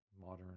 modern